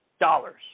dollars